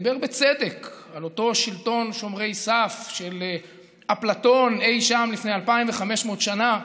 ודיבר בצדק על אותו שלטון שומרי סף של אפלטון אי שם לפני 2,500 שנה.